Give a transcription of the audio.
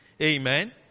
Amen